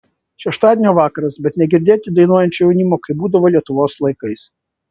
šeštadienio vakaras bet negirdėt dainuojančio jaunimo kaip būdavo lietuvos laikais